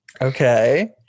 okay